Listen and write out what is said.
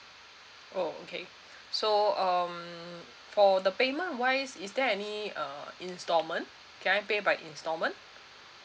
oh okay so um for the payment wise is there any uh installment can I pay by installment